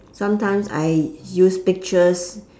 sometimes I use pictures